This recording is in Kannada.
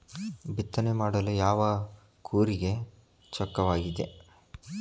ಬಿತ್ತನೆ ಮಾಡಲು ಯಾವ ಕೂರಿಗೆ ಚೊಕ್ಕವಾಗಿದೆ?